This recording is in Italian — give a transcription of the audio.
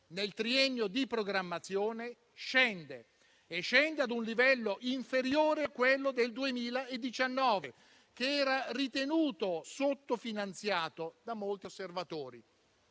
nel triennio di programmazione, scende a un livello inferiore a quello del 2019, che era ritenuto sottofinanziato da molti osservatori.